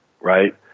right